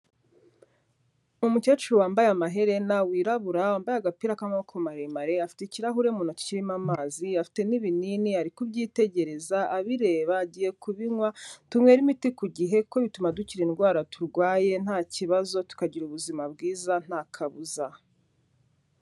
Umukecuru wambaye amaherena wirabura wambaye agapira k'amaboko maremare afite ikirahure umuntutoki kirimo amazi afite n'ibinini ari kubyitegereza abireba agiye kubinywa, tunywere imiti ku gihe ko bituma dukira indwara turwaye nta kibazo tukagira ubuzima bwiza nta kabuza.